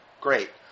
Great